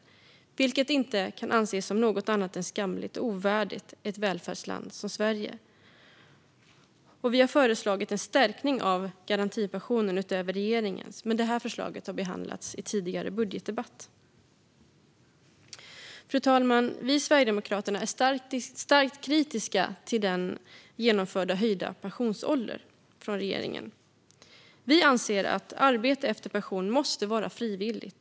Det kan inte anses som annat än skamligt och ovärdigt ett välfärdsland som Sverige. Vi har föreslagit en förstärkning av garantipensionen utöver regeringens, men det förslaget har behandlats i en tidigare budgetdebatt. Fru talman! Vi i Sverigedemokraterna är starkt kritiska till den höjda pensionsålder som regeringen har genomfört. Vi anser att arbete efter pension måste vara frivilligt.